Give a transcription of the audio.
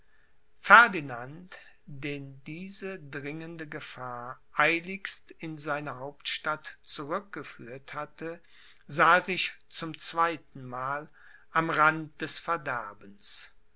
ferdinand den diese dringende gefahr eiligst in seine hauptstadt zurückgeführt hatte sah sich zum zweitenmal am rand des verderbens